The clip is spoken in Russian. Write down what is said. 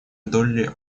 долли